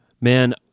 Man